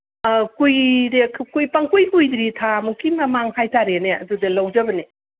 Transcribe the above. ꯑꯥ ꯀꯨꯏꯔꯦ ꯄꯪꯀꯨꯏ ꯀꯨꯏꯗ꯭ꯔꯤꯌꯦ ꯊꯥꯃꯨꯛꯀꯤ ꯃꯃꯥꯡ ꯍꯥꯏ ꯇꯥꯔꯦꯅꯦ ꯑꯗꯨꯗ ꯂꯧꯖꯕꯅꯦ